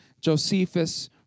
Josephus